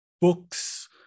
books